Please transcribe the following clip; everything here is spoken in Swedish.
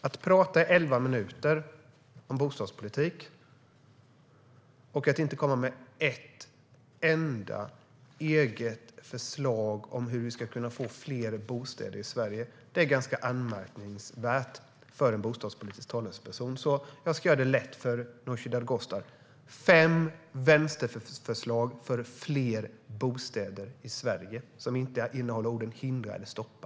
Att tala i elva minuter om bostadspolitik utan att komma med ett enda eget förslag om hur vi ska kunna få fler bostäder i Sverige är ganska anmärkningsvärt för en bostadspolitisk talesperson. Jag ska göra det lätt för Nooshi Dadgostar: Nämn fem vänsterförslag för fler bostäder i Sverige som inte innehåller orden "hindra" eller "stoppa"!